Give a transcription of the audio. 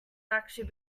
actually